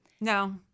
No